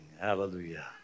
Hallelujah